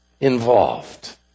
involved